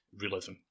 realism